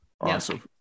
Awesome